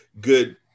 good